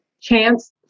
Chance